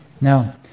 Now